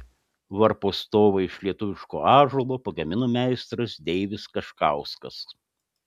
varpo stovą iš lietuviško ąžuolo pagamino meistras deivis kaškauskas